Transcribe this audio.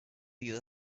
you